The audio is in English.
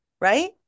right